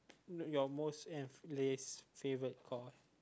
no your most and less favourite core